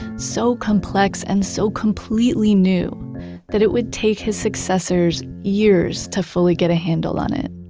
so complex and so completely new that it would take his successors years to fully get a handle on it